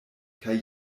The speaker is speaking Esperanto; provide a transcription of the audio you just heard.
kaj